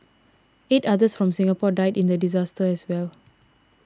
eight others from Singapore died in the disaster as well